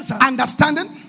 understanding